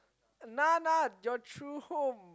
nah nah your true home